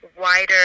wider